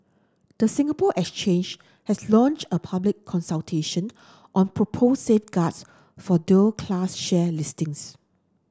the Singapore Exchange has launched a public consultation on proposed safeguards for dual class share listings